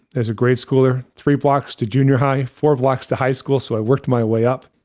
as a grade schooler, three blocks to junior high, four blocks to high school, so i worked my way up.